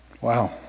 Wow